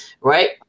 right